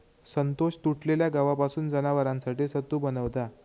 संतोष तुटलेल्या गव्हापासून जनावरांसाठी सत्तू बनवता